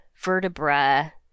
vertebra